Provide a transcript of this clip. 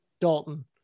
Dalton